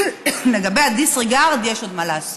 לגבי ה-disregard יש עוד מה לעשות.